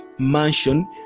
mansion